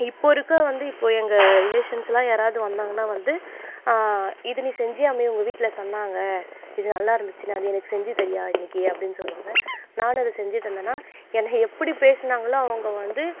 இப்போது இருக்க வந்து இப்போது எங்கள் ரிலேஷன்ஸ்செல்லாம் யாராவது வந்தாங்கன்னால் வந்து இது நீ செஞ்சியாமே உங்கள் வீட்டில் சொன்னாங்க இது நல்லாயிருந்துச்சின்னு அது எனக்கு செஞ்சுத் தரீயா இன்றைக்கி அப்படின்னு சொல்வாங்க நானும் அதை செஞ்சுத் தந்தேன்னால் என்ன எப்படி பேசுனாங்களோ அவங்க வந்து